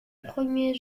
premier